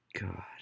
God